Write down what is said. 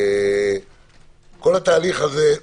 כל התהליך הזה,